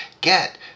get